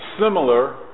similar